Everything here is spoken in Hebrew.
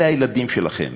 אלה הילדים שלכם.